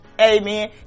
amen